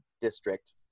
district